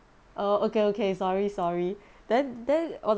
oh okay okay sorry sorry then then 我的